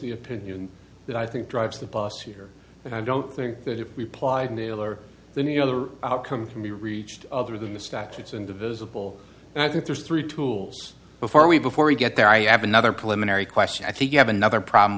the opinion that i think drives the bus here and i don't think that if we plied nadler the new other outcome can be reached other than the statutes and divisible and i think there's three tools before we before we get there i have another policeman ari question i think you have another problem